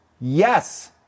Yes